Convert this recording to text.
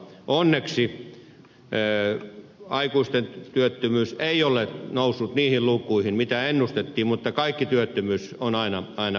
onneksi aikuisten työttömyys ei ole noussut niihin lukuihin joita ennustettiin mutta kaikki työttömyys on aina pahasta